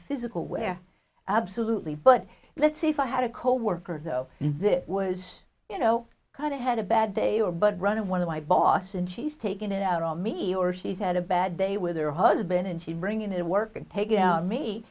physical way absolutely but let's see if i had a coworker though that was you know kind of had a bad day or but run in one of my boss and she's taken it out on me or she's had a bad day with her husband and she bring it work and take it out on me